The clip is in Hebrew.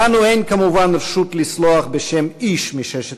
לנו אין כמובן רשות לסלוח בשם איש מששת